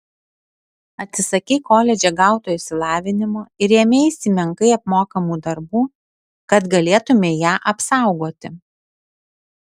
atsisakei koledže gauto išsilavinimo ir ėmeisi menkai apmokamų darbų kad galėtumei ją apsaugoti